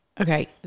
Okay